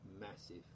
massive